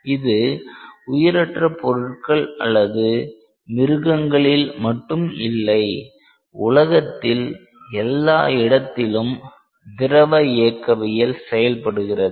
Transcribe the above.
இது உயிரற்ற பொருட்கள் அல்லது மிருகங்களில் மட்டுமில்லை உலகத்தில் எல்லா இடத்திலும் திரவ இயக்கவியல் செயல்படுகிறது